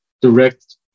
direct